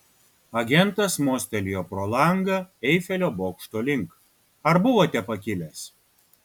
agentas mostelėjo pro langą eifelio bokšto link ar buvote pakilęs